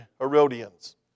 Herodians